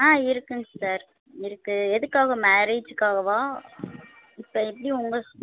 ஆ இருக்குதுங்க சார் இருக்குது எதுக்காக மேரேஜ்க்காகவா இப்போ எப்படி உங்கள்